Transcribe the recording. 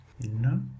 No